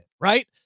right